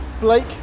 Blake